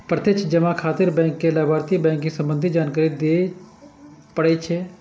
प्रत्यक्ष जमा खातिर बैंक कें लाभार्थी के बैंकिंग संबंधी जानकारी दियै पड़ै छै